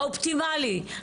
האופטימלי.